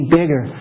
bigger